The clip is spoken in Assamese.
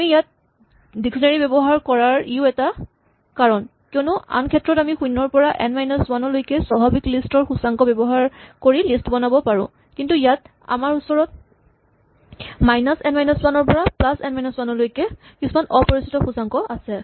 আমি ইয়াত ডিক্সনেৰী ব্যৱহাৰ কৰাৰ ইয়ো এটা কাৰণ কিয়নো আন ক্ষেত্ৰত আমি শূণ্যৰ পৰা এন মাইনাচ ৱান লৈকে স্বাভাৱিক লিষ্ট ৰ সূচাংক ব্যৱহাৰ কৰি লিষ্ট বনাব পাৰো কিন্তু ইয়াত আমাৰ ওচৰত মাইনাচ এন মাইনাচ ৱান ৰ পৰা প্লাচ এন মাইনাচ ৱান লৈকে কিছুমান অপৰিচিত সূচাংক আছে